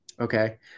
okay